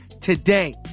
today